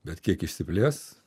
bet kiek išsiplės